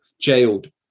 jailed